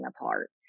apart